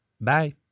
Bye